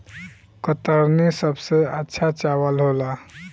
कतरनी सबसे अच्छा चावल होला का?